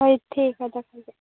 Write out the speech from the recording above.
ᱦᱳᱭ ᱴᱷᱤᱠ ᱜᱮᱭᱟ ᱛᱟᱦᱚᱞᱮ